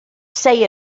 say